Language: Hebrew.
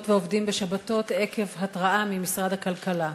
ועובדים בשבתות עקב התראה ממשרד הכלכלה.